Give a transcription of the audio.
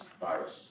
virus